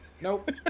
Nope